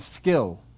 skill